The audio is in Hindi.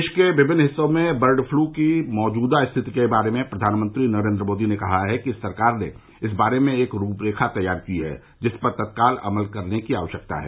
देश के विमिन्न हिस्सों में बर्ड पलू की मौजूदा स्थिति के बारे में प्रधानमंत्री नरेन्द्र मोदी ने कहा कि सरकार ने इस बारे में एक रूपरेखा तैयार की है जिसपर तत्काल अमल करने की आवश्यकता है